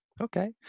Okay